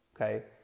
okay